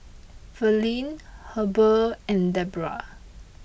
Verlie Heber and Debra